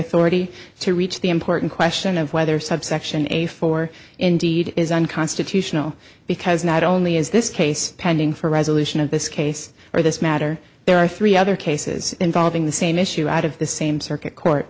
authority to reach the important question of whether subsection a for indeed is unconstitutional because not only is this case pending for resolution of this case or this matter there are three other cases involving the same issue out of the same circuit court